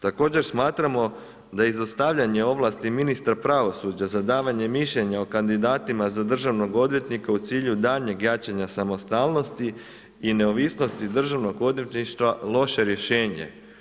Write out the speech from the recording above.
Također smatramo da izostavljanje ovlasti ministra pravosuđa za davanje mišljenja o kandidatima za državnog odvjetnika u cilju daljnjeg jačanja samostalnosti i neovisnosti državnog odvjetništva loše rješenje.